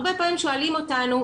הרבה פעמים שואלים אותנו,